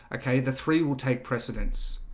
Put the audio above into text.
okay, the three will take precedence